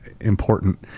important